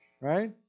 Right